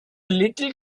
little